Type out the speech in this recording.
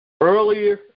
earlier